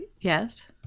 Yes